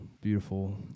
beautiful